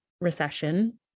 Recession